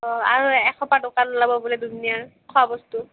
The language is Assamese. অঁ আৰু এসোপা দোকান ওলাব বোলে দুনিয়াৰ খোৱাবস্তু